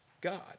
God